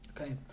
Okay